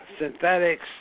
synthetics